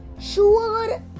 sure